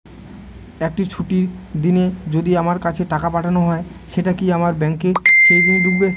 একটি ছুটির দিনে যদি আমার কাছে টাকা পাঠানো হয় সেটা কি আমার ব্যাংকে সেইদিন ঢুকবে?